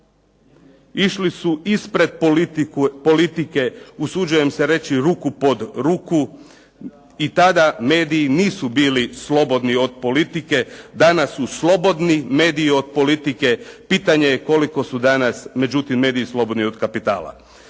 Išli su ispred politike usuđujem se reći ruku pod ruku i tada mediji nisu bili slobodni od politike, danas su slobodni mediji od politike. Pitanje je koliko su danas mediji slobodni od kapitala.